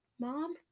Mom